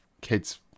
kids